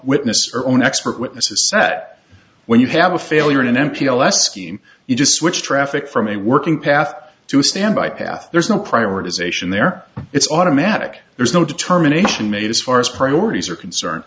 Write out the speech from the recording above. witness or own expert witness a set when you have a failure in an m p a less scheme you just switch traffic from a working path to a standby path there's no prioritization there it's automatic there's no determination made as far as priorities are concerned